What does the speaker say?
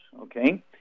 okay